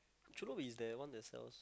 churros is that one that sells